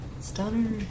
Stunner